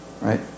right